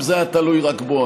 אם זה היה תלוי רק בו,